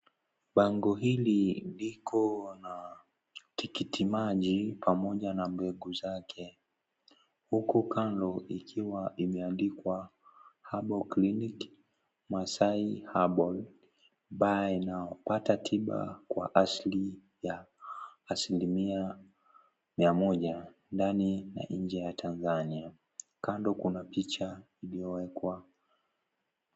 Bango hili liko na tikitimaji pamoja na mbegu zake, huku kando ikiwa imeandikwa herbal clinic Masai Herbal, ambayo inapata tiba kwa ajili ya asilimia mia moja, ndani na nje ya Tanzania, kando kuna picha iliowekwa.